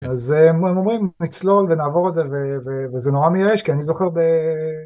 אז הם אומרים נצלול ונעבור את זה וזה נורא מייאש כי אני זוכר ב...